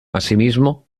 asimismo